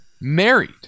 married